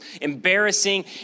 embarrassing